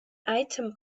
item